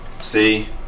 See